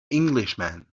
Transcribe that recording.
englishman